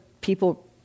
people